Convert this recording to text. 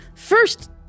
First